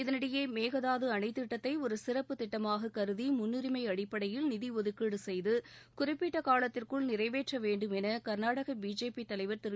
இதனிடையே மேகதாது அணை திட்டத்தை ஒரு சிறப்புத் திட்டமாக கருதி முன்னுரிமை அடிப்படையில் நிதி ஒதுக்கீடு செய்து சுறிப்பிட்ட காலத்திற்குள் நிறைவேற்ற வேண்டும் என கர்நாடக பிஜேபி தலைவர் திரு